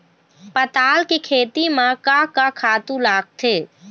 पताल के खेती म का का खातू लागथे?